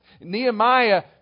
nehemiah